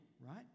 right